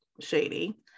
shady